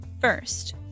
First